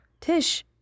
Tish